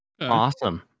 Awesome